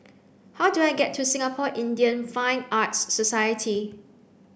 how do I get to Singapore Indian Fine Arts Society